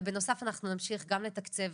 ובנוסף אנחנו נמשיך גם לתקצב,